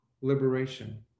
liberation